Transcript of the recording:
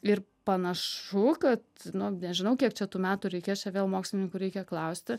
ir panašu kad nu nežinau kiek čia tų metų reikės čia vėl mokslininkų reikia klausti